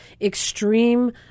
extreme